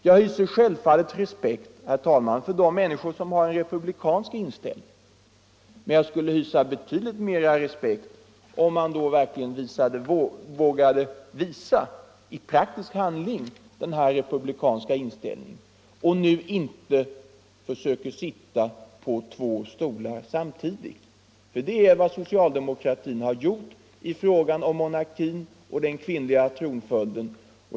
Jag hyser självfallet respekt, herr talman, för de människor som har en republikansk inställning, men jag skulle hysa betydligt mera respekt, om de i praktisk handling vågade visa den republikanska inställningen och inte som nu försöker sitta på två stolar samtidigt. För det är vad socialdemokratin har gjort i fråga om monarkin och den kvinnliga tronföljden.